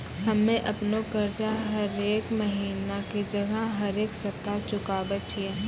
हम्मे अपनो कर्जा हरेक महिना के जगह हरेक सप्ताह चुकाबै छियै